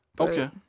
Okay